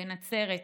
בנצרת,